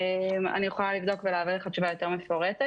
אני יכולה לבדוק ולהעביר לך תשובה יותר מפורטת.